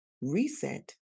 Reset